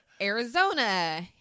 Arizona